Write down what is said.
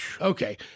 Okay